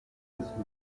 confusion